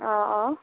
অঁ অঁ